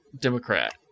Democrat